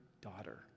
daughter